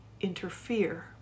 interfere